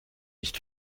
nicht